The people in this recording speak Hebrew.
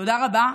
תודה רבה.